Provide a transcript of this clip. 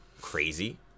crazy